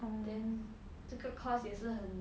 then 这个 course 也是很